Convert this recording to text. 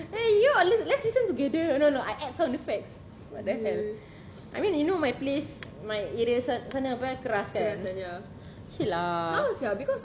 eh you let's listen together no no I add sound effects what the hell I mean you know my place my areas sana banyak keras kan shit lah